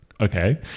okay